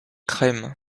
crème